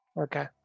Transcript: okay